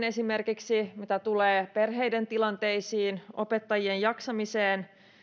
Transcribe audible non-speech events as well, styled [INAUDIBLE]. [UNINTELLIGIBLE] esimerkiksi oppimiseroihin mitä tulee perheiden tilanteisiin opettajien jaksamiseen